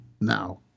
now